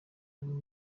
hari